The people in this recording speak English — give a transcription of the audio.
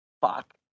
fuck